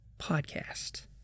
podcast